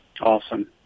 awesome